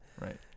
Right